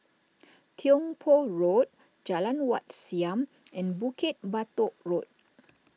Tiong Poh Road Jalan Wat Siam and Bukit Batok Road